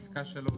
פסקה שלוש,